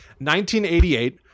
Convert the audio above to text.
1988